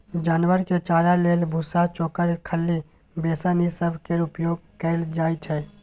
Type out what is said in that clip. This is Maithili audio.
जानवर के चारा लेल भुस्सा, चोकर, खल्ली, बेसन ई सब केर उपयोग कएल जाइ छै